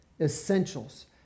Essentials